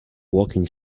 walking